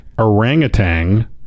orangutan